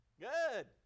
good